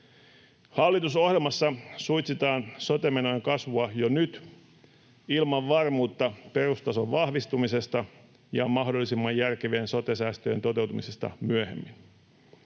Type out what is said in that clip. Hallitusohjelmassa suitsitaan sote-menojen kasvua jo nyt ilman varmuutta perustason vahvistumisesta ja mahdollisimman järkevien sote-säästöjen toteutumisesta myöhemmin.